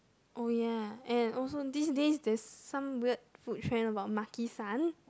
oh ya and also these days there's some weird food trend about Maki-San